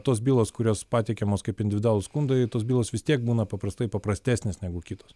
tos bylos kurios pateikiamos kaip individualūs skundai tos bylos vis tiek būna paprastai paprastesnės negu kitos